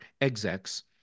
execs